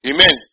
Amen